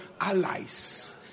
allies